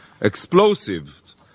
Explosives